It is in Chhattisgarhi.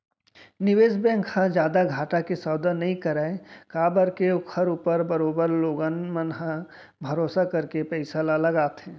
निवेस बेंक ह जादा घाटा के सौदा नई करय काबर के ओखर ऊपर बरोबर लोगन मन ह भरोसा करके पइसा ल लगाथे